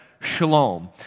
shalom